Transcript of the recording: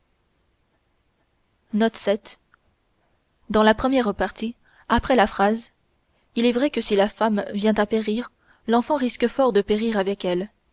il est vrai que si la femme vient à périr l'enfant risque fort de périr avec elle